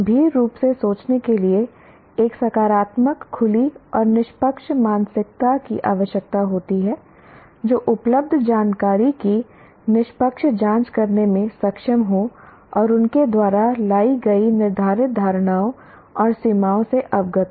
गंभीर रूप से सोचने के लिए एक सकारात्मक खुली और निष्पक्ष मानसिकता की आवश्यकता होती है जो उपलब्ध जानकारी की निष्पक्ष जांच करने में सक्षम हो और उनके द्वारा लाई गई निर्धारित धारणाओं और सीमाओं से अवगत हो